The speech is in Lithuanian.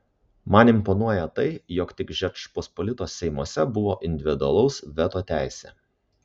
man imponuoja tai jog tik žečpospolitos seimuose buvo individualaus veto teisė